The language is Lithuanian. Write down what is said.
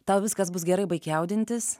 tau viskas bus gerai baik jaudintis